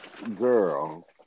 Girl